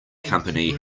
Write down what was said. company